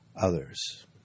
others